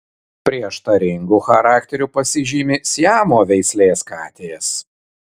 prieštaringu charakteriu pasižymi siamo veislės katės